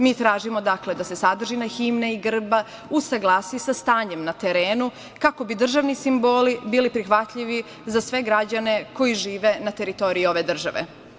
Mi tražimo da se sadržina himne i grba usaglasi sa stanjem na terenu, kako bi državni simboli bili prihvatljivi za sve građane koji žive na teritoriji ove države.